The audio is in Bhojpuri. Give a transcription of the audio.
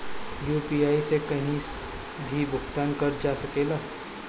यू.पी.आई से कहीं भी भुगतान कर जा सकेला?